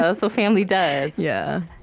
ah so family does yeah